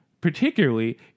particularly